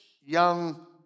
young